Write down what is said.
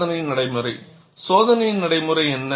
சோதனை நடைமுறை சோதனை நடைமுறை என்ன